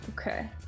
Okay